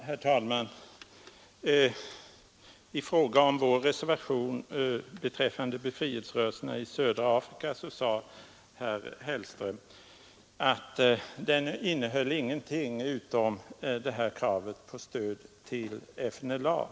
Herr talman! I fråga om vår reservation beträffande befrielserörelserna i södra Afrika sade herr Hellström att den inte innehöll någonting utom kravet på stöd till FNLA.